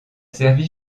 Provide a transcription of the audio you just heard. servi